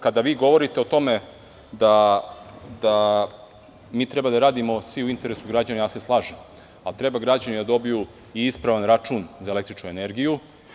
Kada govorite o tome da treba da radimo svi u interesu građana, slažem se sa tim, ali građani trebaju da dobiju i ispravan račun za električnu energiju.